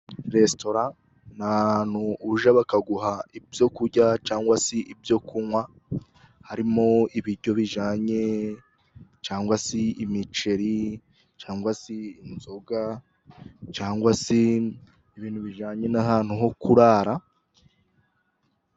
Resitara ni ahantu ujya bakaguha ibyo kurya cyangwa se ibyo kunywa. Harimo ibiryo bijyanye cyangwa se imiceri cyangwa se inzoga cyangwa se ibintu bijyanye n'ahantu ho kurara.